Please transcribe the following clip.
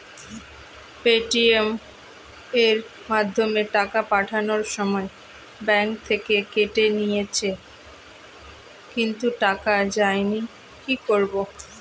Paytm এর মাধ্যমে টাকা পাঠানোর সময় ব্যাংক থেকে কেটে নিয়েছে কিন্তু টাকা যায়নি কি করব?